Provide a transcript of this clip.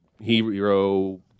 hero